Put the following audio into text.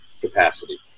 capacity